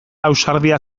ausardia